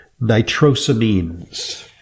nitrosamines